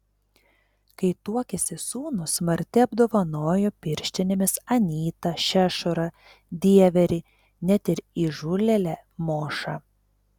kai tuokėsi sūnus marti apdovanojo pirštinėmis anytą šešurą dieverį net ir įžūlėlę mošą